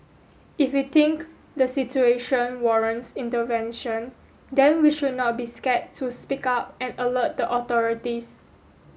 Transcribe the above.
if we think the situation warrants intervention then we should not be scared to speak up and alert the authorities